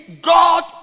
God